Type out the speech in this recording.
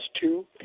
two